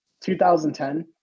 2010